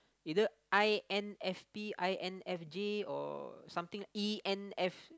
either i_n_f_p i_n_f_j or something e_n_f